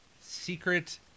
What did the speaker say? secret